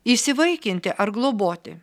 įsivaikinti ar globoti